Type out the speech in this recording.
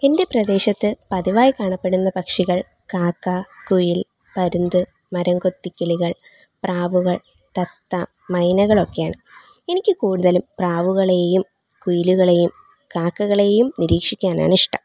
എൻ്റെ പ്രദേശത്ത് പതിവായി കാണപ്പെടുന്ന പക്ഷികൾ കാക്ക കുയിൽ പരുന്ത് മരംകൊത്തി കിളികൾ പ്രാവുകൾ തത്ത മൈനകളൊക്കെയാണ് എനിക്ക് കൂടുതലും പ്രാവുകളെയും കുയിലുകളെയും കാക്കകളെയും നിരീക്ഷിക്കാനിഷ്ടം